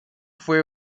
fue